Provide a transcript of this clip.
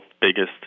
biggest